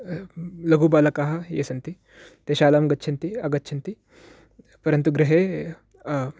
लघुबालकाः ये सन्ति ते शालां गच्छन्ति आगच्छन्ति परन्तु गृहे